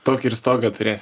tokį ir stogą turėsi